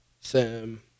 Sam